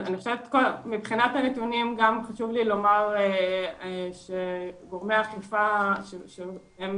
מבחינת הנתונים גם חשוב לי לומר שגורמי האכיפה שהם